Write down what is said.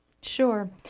Sure